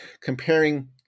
Comparing